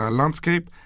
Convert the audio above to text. landscape